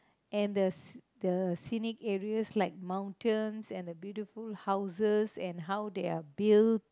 and the the scenic areas like the mountains and the beautiful houses and how they are build